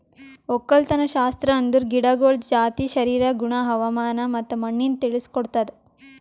ಒಕ್ಕಲತನಶಾಸ್ತ್ರ ಅಂದುರ್ ಗಿಡಗೊಳ್ದ ಜಾತಿ, ಶರೀರ, ಗುಣ, ಹವಾಮಾನ ಮತ್ತ ಮಣ್ಣಿನ ತಿಳುಸ್ ಕೊಡ್ತುದ್